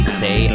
say